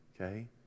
Okay